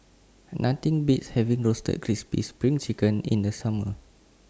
Nothing Beats having Roasted Crispy SPRING Chicken in The Summer